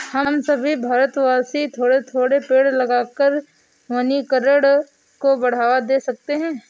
हम सभी भारतवासी थोड़े थोड़े पेड़ लगाकर वनीकरण को बढ़ावा दे सकते हैं